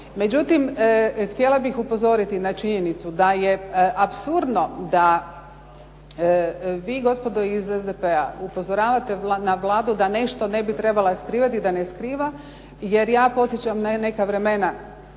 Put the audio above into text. Međutim, htjela bih upozoriti na činjenicu da je apsurdno da vi gospodo iz SDP-a upozoravate na Vladu da nešto ne bi trebala skrivati, da ne skriva, jer podsjećam na neka vremena